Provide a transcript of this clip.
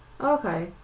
Okay